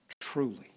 truly